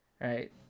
Right